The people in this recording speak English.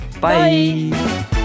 Bye